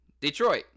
Detroit